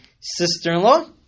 sister-in-law